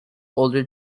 older